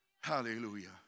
Hallelujah